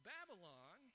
Babylon